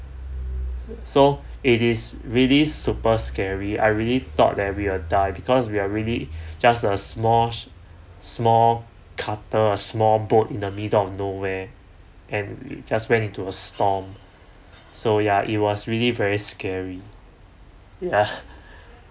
so it is really super scary I really thought that we are died because we are really just a small small carter small boat in the middle of nowhere and just went into a storm so yeah it was really very scary ya